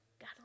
God